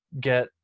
get